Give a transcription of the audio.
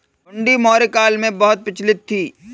हुंडी मौर्य काल में बहुत प्रचलित थी